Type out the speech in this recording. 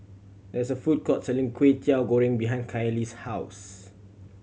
there is a food court selling Kwetiau Goreng behind Kallie's house